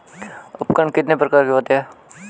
उपकरण कितने प्रकार के होते हैं?